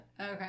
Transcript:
Okay